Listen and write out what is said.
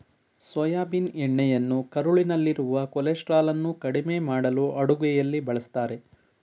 soybean ಎಣ್ಣೆಯನ್ನು ಕರುಳಿನಲ್ಲಿರುವ ಕೊಲೆಸ್ಟ್ರಾಲನ್ನು ಕಡಿಮೆ ಮಾಡಲು ಅಡುಗೆಯಲ್ಲಿ ಬಳ್ಸತ್ತರೆ